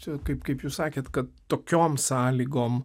čia kaip kaip jūs sakėt kad tokiom sąlygom